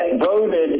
voted